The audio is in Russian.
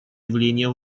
явления